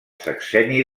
sexenni